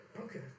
Okay